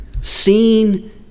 seen